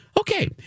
Okay